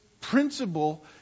principle